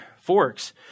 forks